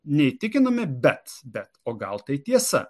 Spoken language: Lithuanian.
neįtikinami bet bet o gal tai tiesa